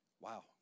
Wow